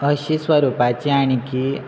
अशी स्वरुपाची आनीक